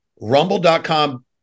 Rumble.com